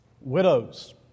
Widows